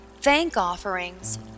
thank-offerings